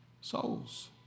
souls